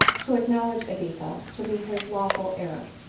to acknowledge editha to be his lawful heir,